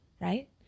right